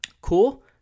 Cool